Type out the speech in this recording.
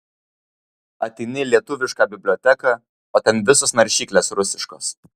ateini į lietuviška biblioteką o ten visos naršyklės rusiškos